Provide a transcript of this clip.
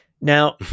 Now